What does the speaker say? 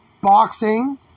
boxing